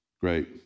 Great